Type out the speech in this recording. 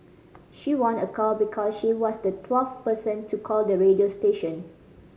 she won a car because she was the twelfth person to call the radio station